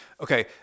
Okay